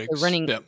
running